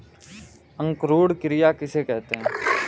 अंकुरण क्रिया किसे कहते हैं?